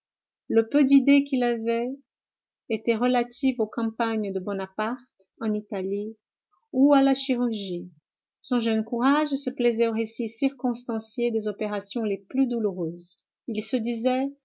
le peu d'idées qu'il avait étaient relatives aux campagnes de bonaparte en italie ou à la chirurgie son jeune courage se plaisait au récit circonstancié des opérations les plus douloureuses il se disait